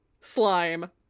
slime